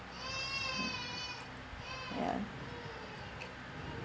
ya